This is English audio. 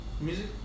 music